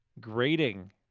grading